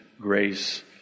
grace